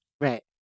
Right